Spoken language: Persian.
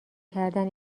کردن